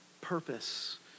Purpose